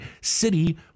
city